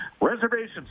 Reservations